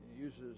uses